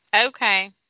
Okay